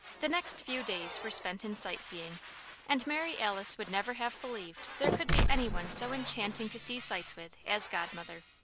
the next few days were spent in sightseeing and mary alice would never have believed there could be any one so enchanting to see sights with as godmother.